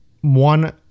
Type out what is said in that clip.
one